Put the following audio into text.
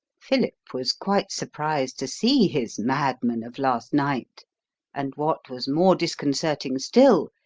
philip was quite surprised to see his madman of last night and what was more disconcerting still,